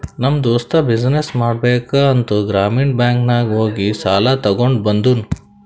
ನಮ್ ದೋಸ್ತ ಬಿಸಿನ್ನೆಸ್ ಮಾಡ್ಬೇಕ ಅಂತ್ ಗ್ರಾಮೀಣ ಬ್ಯಾಂಕ್ ನಾಗ್ ಹೋಗಿ ಸಾಲ ತಗೊಂಡ್ ಬಂದೂನು